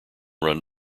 run